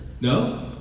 No